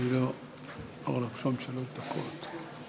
לרשותך שלוש דקות.